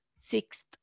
sixth